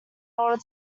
order